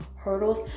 hurdles